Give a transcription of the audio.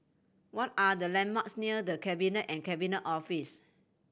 what are the landmarks near The Cabinet and Cabinet Office